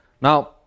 Now